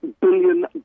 billion